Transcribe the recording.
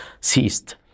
ceased